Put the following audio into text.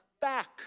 back